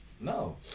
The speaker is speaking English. No